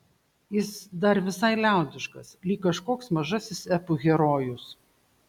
jis dar visai liaudiškas lyg kažkoks mažasis epų herojus